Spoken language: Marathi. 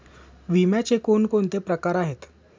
विम्याचे कोणकोणते प्रकार आहेत?